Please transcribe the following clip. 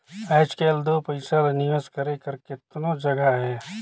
आएज काएल दो पइसा ल निवेस करे कर केतनो जगहा अहे